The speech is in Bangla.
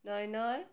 নয় নয়